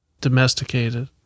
Domesticated